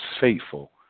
faithful